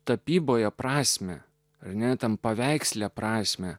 tapyboje prasmę ar ne tam paveiksle prasmę